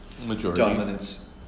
dominance